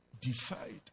defied